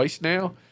now